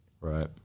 right